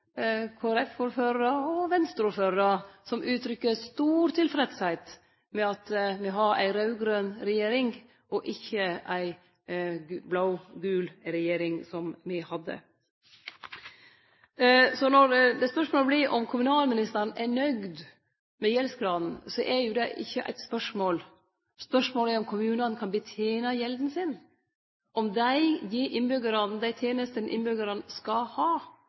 som uttrykkjer stor tilfredsheit med at vi har ei raud-grøn regjering og ikkje ei blå-gul regjering, som me hadde. Spørsmålet er ikkje om kommunalministeren er nøgd med gjeldsgraden, spørsmålet er om kommunane kan betene gjelda si, om dei gir innbyggjarane dei tenestene innbyggjarane skal ha,